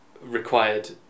required